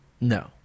No